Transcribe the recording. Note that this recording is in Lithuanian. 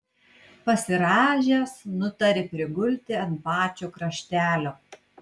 pasirąžęs nutarė prigulti ant pačio kraštelio